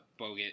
Bogut